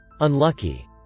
Unlucky